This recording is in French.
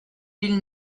ville